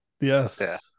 yes